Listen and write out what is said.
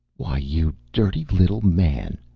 why, you dirty little man!